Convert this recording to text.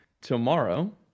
tomorrow